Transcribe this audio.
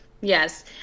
yes